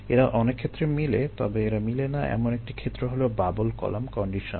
এরা অনেক ক্ষেত্রে মিলে তবে এরা মিলে না এমন একটি ক্ষেত্র হলো বাবল কলাম কন্ডিশন